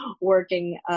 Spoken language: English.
working